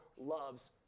loves